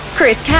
Chris